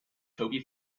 toby